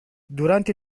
durante